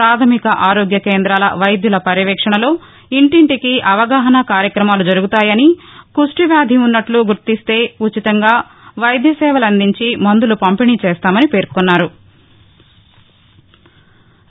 పాధమిక ఆరోగ్య కేందాల వైద్యుల పర్యవేక్షణలో ఇంటింటికి అవగాహన కార్యక్రమాలు జరుగుతాయని కుష్య వ్యాధి ఉన్నట్లు గుర్తిస్తే ఉచితంగా వైద్య సేవలందించి మందులు పంపిణి చేస్తామని పేర్కొన్నారు